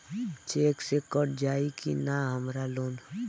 Check से कट जाई की ना हमार लोन?